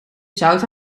zout